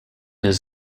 his